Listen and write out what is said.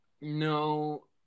No